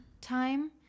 time